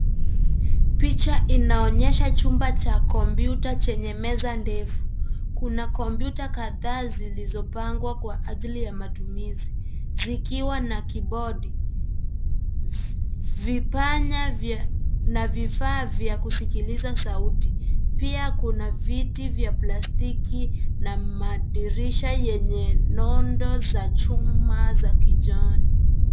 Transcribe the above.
Picha inaonyesha chumba cha kombiuta chenye meza ndefu , kuna kombiuta kathaa zilizopangwa kwa ajili ya matumizi, zikiwa na kibodi, vipanya na vifaa vya kusikiliza sauti, pia kuna viti vya plastiki na madirisha yenye nondo za chuma za kijani.